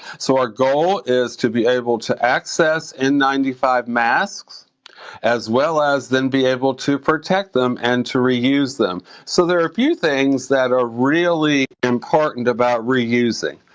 so our goal is to be able to access n nine five masks as well as then be able to protect them and to reuse them. so there are a few things that are really important about reusing.